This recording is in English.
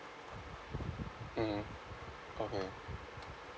mmhmm okay